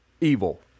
evil